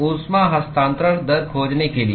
ऊष्मा हस्तांतरण दर खोजने के लिए